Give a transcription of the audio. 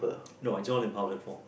no it's all in powder form